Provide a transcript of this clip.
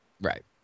Right